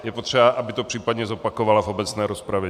Je potřeba, aby to případně zopakovala v obecné rozpravě.